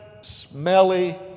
smelly